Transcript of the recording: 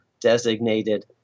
designated